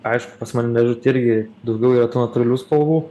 aišku pas mane dėžutėj irgi daugiau yra tų natūralių spalvų